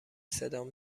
صدام